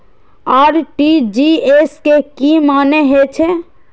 RTGS के की मानें हे छे?